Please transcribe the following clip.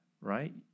right